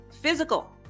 Physical